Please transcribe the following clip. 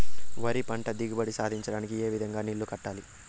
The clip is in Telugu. వరి పంట దిగుబడి సాధించడానికి, ఏ విధంగా నీళ్లు కట్టాలి?